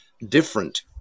different